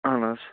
اَہَن حظ